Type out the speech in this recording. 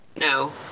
No